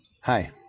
Hi